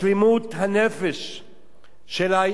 של בנינו ובנותינו הקטינים,